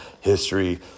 history